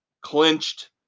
clinched